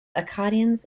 acadians